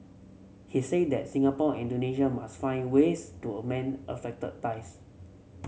he say that Singapore Indonesia must find ways to a mend affected dies